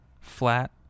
flat